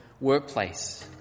workplace